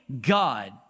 God